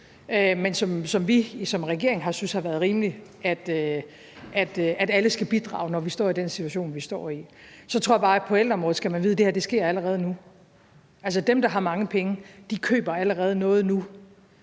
Men vi synes som regering, at det er rimeligt, at alle skal bidrage, når vi står i den situation, vi står i. Så tror jeg bare, at på ældreområdet skal man vide at det her allerede sker nu. Dem, der har mange penge, køber allerede noget nu